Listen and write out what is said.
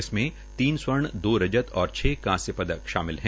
इसमें तीन स्वर्ण दो रजत और छ कांस्य पदक शामिल है